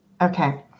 Okay